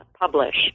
publish